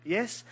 Yes